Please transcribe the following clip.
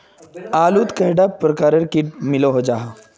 आलूर फसलोत कैडा भिन्न प्रकारेर किट मिलोहो जाहा?